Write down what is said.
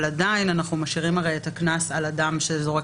אבל אנחנו עדיין משאירים את הקנס על אדם שזורק,